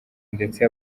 ndetse